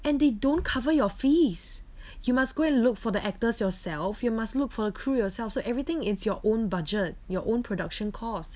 and they don't cover your fees you must go and look for the actors yourself you must look for a crew yourself so everything it's your own budget your own production costs